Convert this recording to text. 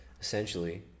essentially